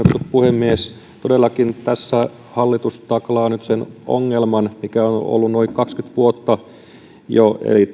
puhemies todellakin tässä hallitus taklaa nyt sen ongelman mikä on ollut jo noin kaksikymmentä vuotta eli